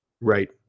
Right